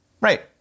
right